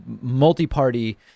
multi-party